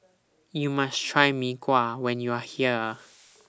YOU must Try Mee Kuah when YOU Are here